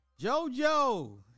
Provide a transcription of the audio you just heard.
Jojo